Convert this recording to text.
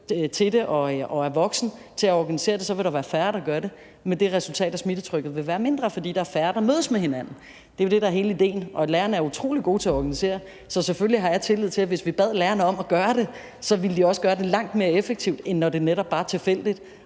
for det og er voksen, til at organisere det, vil der være færre, der gør det, med det resultat at smittetrykket vil være mindre, fordi der er færre, der mødes med hinanden. Det er jo det, der er hele idéen i det. Lærerne er utrolig gode til at organisere, så selvfølgelig har jeg tillid til, at hvis vi bad lærerne om at gøre det, ville de også gøre det langt mere effektivt, end når det netop bare er tilfældigt